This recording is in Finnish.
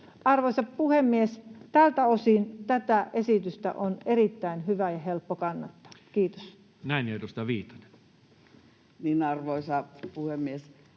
Arvoisa puhemies! Tältä osin tätä esitystä on erittäin hyvä ja helppo kannattaa. — Kiitos. [Speech 243] Speaker: Toinen varapuhemies